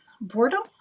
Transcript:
Boredom